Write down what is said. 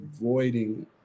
avoiding